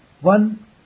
One